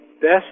best